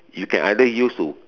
you can either use to